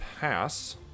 pass